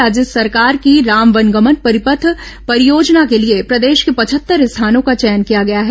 राज्य सरकार की राम वनगमन परिपथ परियोजना के लिए प्रदेश के पचहत्तर स्थानों का चयन किया गया है